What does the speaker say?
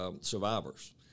survivors